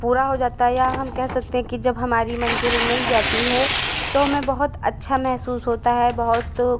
पूरा हो जाता है या हम कह सकते हैं कि जब हमारी मंजिल मिल जाती है तो हमें बहुत अच्छा महसूस होता है बहुत